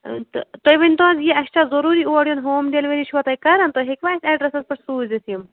تہٕ تُہۍ ؤنۍتَو حظ یہِ اَسہِ چھا ضروٗری اور یُن ہوٗم ڈِلوری چھِو تُہۍ کران تُہۍ ہیٚکِوا اسہِ ایٚڈرَسَس پیٚٹھ سوٗزِتھ یِم